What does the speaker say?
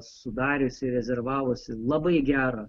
sudariusi rezervavusi labai gerą